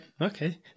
okay